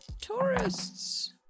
tourists